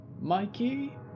Mikey